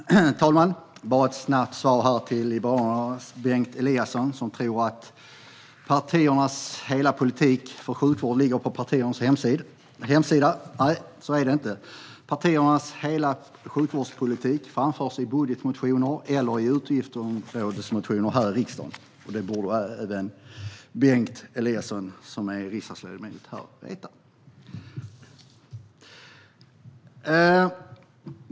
Herr talman! Jag ska bara ge ett snabbt svar till Liberalernas Bengt Eliasson, som tror att partiernas hela politik för sjukvård ligger på partiernas hemsidor. Nej, så är det inte. Partiernas hela sjukvårdspolitik framförs i budgetmotioner eller i utgiftsområdesmotioner här i riksdagen. Det borde även Bengt Eliasson, som är riksdagsledamot, veta.